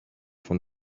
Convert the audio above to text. von